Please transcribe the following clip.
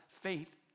faith